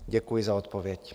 Děkuji za odpověď.